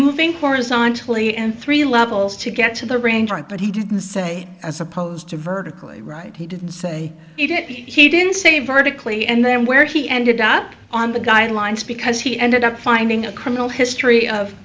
moving horizontally in three levels to get to the arrangement but he didn't say as opposed to vertically right he didn't say he did it he didn't say vertically and then where he ended up on the guidelines because he ended up finding a criminal history of